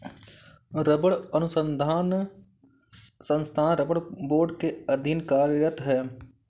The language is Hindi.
रबड़ अनुसंधान संस्थान रबड़ बोर्ड के अधीन कार्यरत है